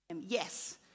yes